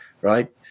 right